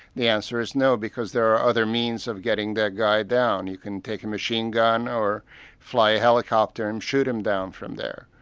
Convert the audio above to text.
the answer is no, because there are other means of getting that guy down. you can take a machine gun or fly a helicopter and shoot him down from there.